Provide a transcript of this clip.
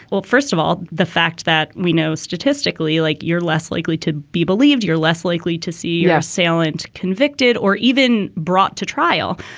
well, first of all, the fact that we know statistically, like you're less likely to be believed, you're less likely to see your assailant convicted or even brought to trial.